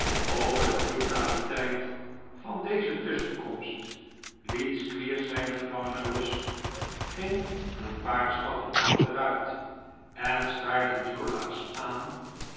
over de brutaliteit van deze tusschenkomst liet squeers zijn gevangene los ging een paar stappen achteruit en staarde nikolaas aan